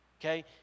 okay